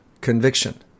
conviction